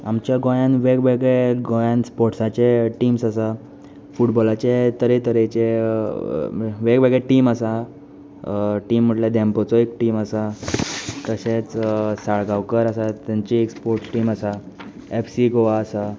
आमच्या गोंयांत वेग वेगळे गोंयांत स्पोट्साचे टिम्स आसा फुटबॉलाचे तरे तरेचे वेग वेगळे टीम आसा टीम म्हटल्या डेंपोचो एक टीम आसा तशेंच साळगांवकर आसा तांची एक स्पोट टीम आसा एफसी गोवा आसा